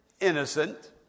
innocent